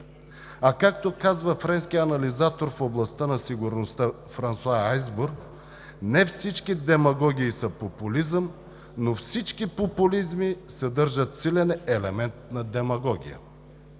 А както казва френският анализатор в областта на сигурността Франсоа Есбург „не всички демагогии са популизъм, но всички популизми съдържат силен елемент на демагогия“.